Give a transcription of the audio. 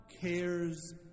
cares